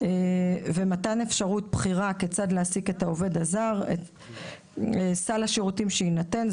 מתן אפשרות בחירה כיצד להעסיק את העובד הזר; סל השירותים שיינתן;